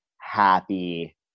happy